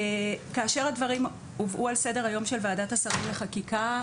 כאשר הדברים הובאו על סדר היום של ועדת השרים לחקיקה,